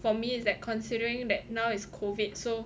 for me is that considering that now it's COVID